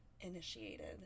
initiated